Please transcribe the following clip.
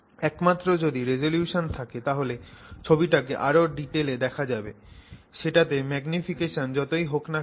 একমাত্র যদি রিজোলিউশন থাকে তাহলে ছবিটাকে আরও ডিটেলে দেখা যাবে সেটাতে ম্যাগনিফিকেশন যতই হক না কেন